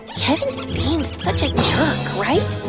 kevin's being such a jerk, right?